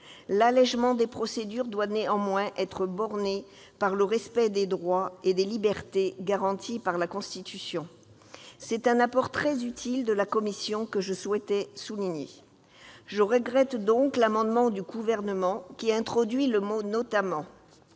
l'allégement des procédures doit néanmoins être borné par le respect des droits et des libertés garantis par la Constitution. C'est un apport très utile de la commission spéciale que je souhaitais souligner. Je regrette donc l'amendement du Gouvernement tendant à introduire le mot « notamment ».